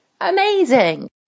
amazing